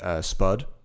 Spud